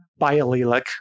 biallelic